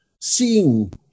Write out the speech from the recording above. seeing